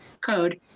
code